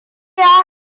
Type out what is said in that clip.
ya